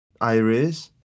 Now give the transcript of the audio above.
Iris